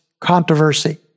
controversy